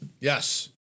yes